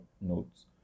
notes